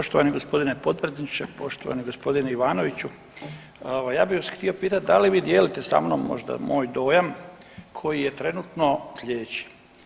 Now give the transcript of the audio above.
Poštovani gospodine potpredsjedniče, poštovani gospodine Ivanoviću ovaj ja bih vas htio pitati da li vi dijelite sa mnom možda moj dojam koji je trenutno sljedeći.